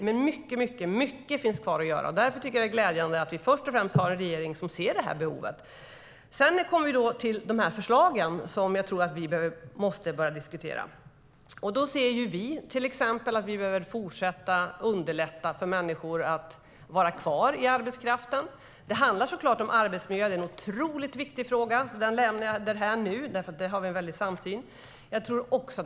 Men mycket, mycket finns kvar att göra. Därför tycker jag att det är glädjande att vi först och främst har en regering som ser det här behovet. Sedan kommer vi till förslagen som jag tror att vi måste börja diskutera. Vi ser att vi behöver fortsätta underlätta för människor att vara kvar i arbetskraften. Det handlar såklart om arbetsmiljön, som är en otroligt viktig fråga. Den lämnar jag därhän nu, för där har vi en samsyn.